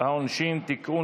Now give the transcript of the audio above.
העונשין (תיקון,